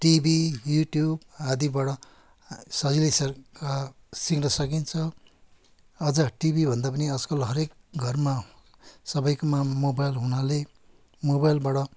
TV YouTube आदिबाट सजिलैसँग सिक्नु सकिन्छ अझ टिभीभन्दा पनि आजकल हरेक घरमा सबैकोमा मोबाइल हुुनाले मोबाइलबाट